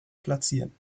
platzieren